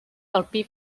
alpí